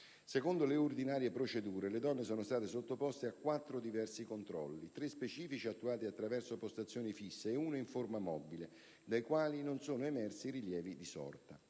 Secondo le ordinarie procedure, le donne sono state sottoposte a quattro diversi controlli - tre specifici, attuati attraverso postazioni fisse ed uno in forma mobile - dai quali non sono emersi rilievi di sorta.